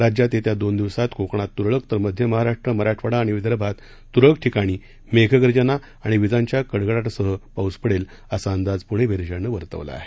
राज्यात येत्या दोन दिवसात कोकणात तुरळक तर मध्य महाराष्ट्र मराठवाडा आणि विदर्भात तुरळक ठिकाणी मेघगर्जना आणि विजांच्या गडगडाटासह पाऊस पडेल असा अंदाज पुणे वेधशाळेनं वर्तवला आहे